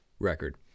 record